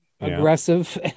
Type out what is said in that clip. aggressive